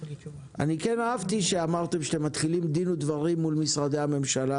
אני כן אהבתי שאמרתם שאתם מתחילים דין ודברים מול משרדי הממשלה